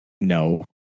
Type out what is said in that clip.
no